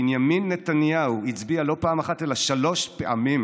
בנימין נתניהו הצביע לא פעם אחת אלא שלוש פעמים